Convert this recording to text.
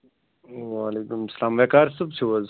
وعلیکُم سَلام ویکار صٲب چھِو حظ